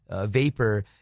vapor